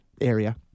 area